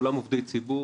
כולם עובדי ציבור,